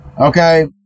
Okay